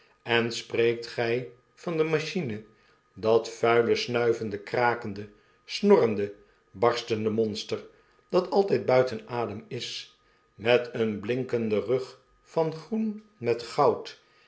en spreekt gij van de machine dat vuile snuivende krakende snorrende barstende monster dataltijd buiten adem is met een blinkenden rug van groen met goud